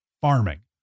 Farming